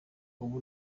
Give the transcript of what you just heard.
uyu